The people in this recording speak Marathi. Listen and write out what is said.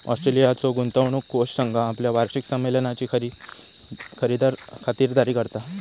ऑस्ट्रेलियाचो गुंतवणूक कोष संघ आपल्या वार्षिक संमेलनाची खातिरदारी करता